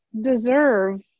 deserve